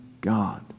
God